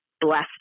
blessed